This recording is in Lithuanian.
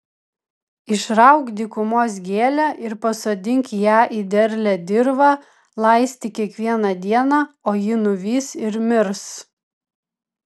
išrauk dykumos gėlę ir pasodink ją į derlią dirvą laistyk kiekvieną dieną o ji nuvys ir mirs